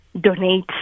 donate